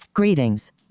Greetings